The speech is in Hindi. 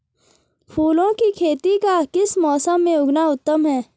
फूलों की खेती का किस मौसम में उगना उत्तम है?